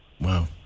Wow